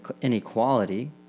inequality